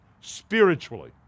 spiritually